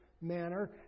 manner